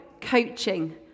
coaching